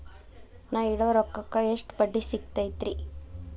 ನಾ ಇಡೋ ರೊಕ್ಕಕ್ ಎಷ್ಟ ಬಡ್ಡಿ ಸಿಕ್ತೈತ್ರಿ?